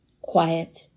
quiet